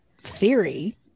theory